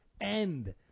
end